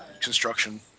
construction